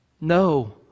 No